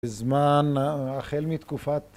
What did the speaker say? בזמן החל מתקופת